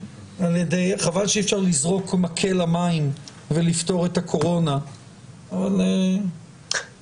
חבל שאי אפשר לזרוק מקל למים ולפתור את הקורונה אבל נראה...